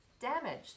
Damaged